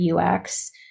UX